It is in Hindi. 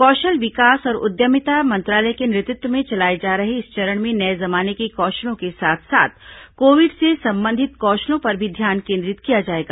कौषल विकास और उद्यमिता मंत्रालय के नेतृत्व में चलाए जा रहे इस चरण में नए जमाने के कौषलों के साथ साथ कोविड से संबंधित कौषलों पर भी ध्यान केंद्रित किया जाएगा